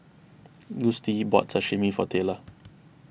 Gustie bought Sashimi for Taylor